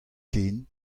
ken